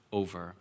over